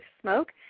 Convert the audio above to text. smoke